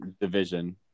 division